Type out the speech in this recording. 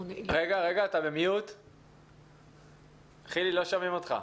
לא שומעים אותך.